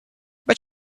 but